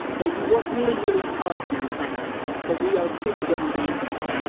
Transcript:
that you work really, really hard in our classes, that we are pretty demanding,